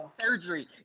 surgery